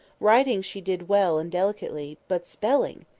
writing she did well and delicately but spelling!